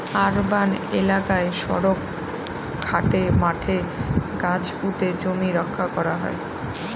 urban এলাকায় সড়ক, ঘাটে, মাঠে গাছ পুঁতে জমি রক্ষা করা হয়